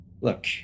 Look